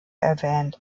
erwähnt